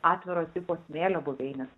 atviro tipo smėlio buveines